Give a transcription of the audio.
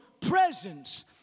presence